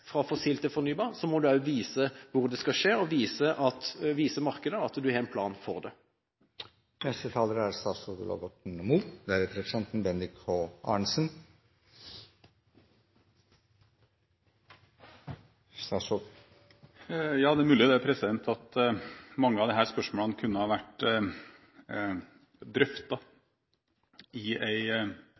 fra fossil til fornybar, må en også vise hvor det skal skje, og vise markedet at en har en plan for det. Det er mulig at mange av disse spørsmålene kunne vært drøftet i en energimelding. Jeg mener veldig sterkt at det ikke er